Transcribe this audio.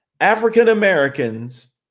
African-Americans